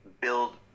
build